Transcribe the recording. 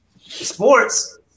sports